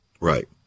right